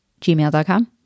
gmail.com